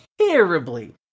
terribly